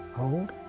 Hold